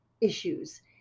issues